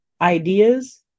ideas